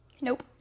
Nope